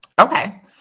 Okay